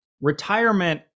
Retirement